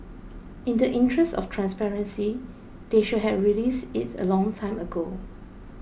in the interest of transparency they should have released it a long time ago